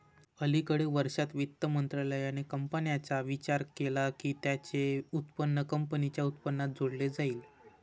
अलिकडे वर्षांत, वित्त मंत्रालयाने कंपन्यांचा विचार केला की त्यांचे उत्पन्न कंपनीच्या उत्पन्नात जोडले जाईल